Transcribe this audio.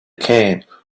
camp